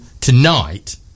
tonight